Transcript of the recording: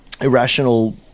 irrational